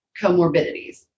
comorbidities